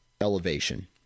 elevation